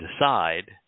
decide